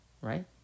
right